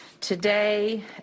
Today